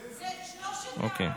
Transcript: זה שלושת המציעים.